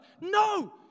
No